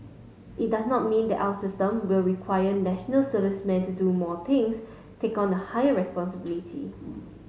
it does not mean that our systems will require National Servicemen to do more things take on a higher responsibility